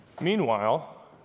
Meanwhile